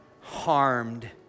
harmed